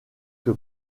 que